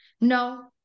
No